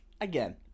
again